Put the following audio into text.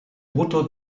brutto